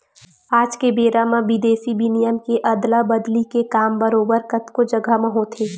आज के बेरा म बिदेसी बिनिमय के अदला बदली के काम बरोबर कतको जघा म होथे